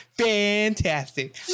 Fantastic